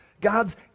God's